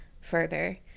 further